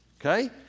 Okay